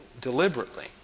deliberately